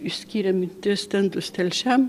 išskyrėm ir tris stendus telšiam